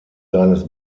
seines